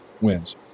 wins